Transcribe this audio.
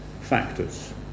factors